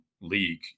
league